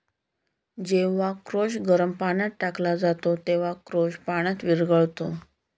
जेव्हा कोश गरम पाण्यात टाकला जातो, तेव्हा कोश पाण्यात विरघळतो